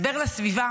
הסבר לסביבה